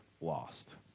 lost